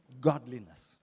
godliness